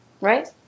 right